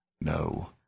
no